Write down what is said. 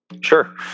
Sure